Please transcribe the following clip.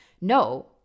no